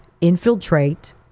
infiltrate